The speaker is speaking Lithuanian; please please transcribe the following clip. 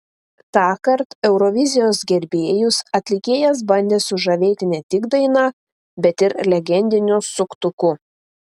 tąkart eurovizijos gerbėjus atlikėjas bandė sužavėti ne tik daina bet ir legendiniu suktuku